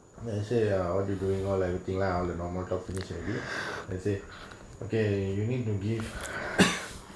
I say ah what did doing all I within lah all the normal talk finish already and say okay you need to give